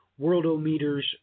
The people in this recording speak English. Worldometers